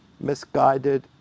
misguided